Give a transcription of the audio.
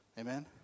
Amen